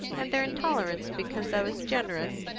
and their intolerance because i was generous,